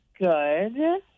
good